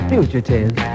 Fugitives